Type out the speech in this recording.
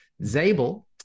Zabel